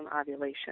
ovulation